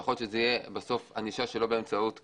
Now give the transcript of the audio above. יכול להיות שזה יהיה בסוף ענישה שלא באמצעות כליאה.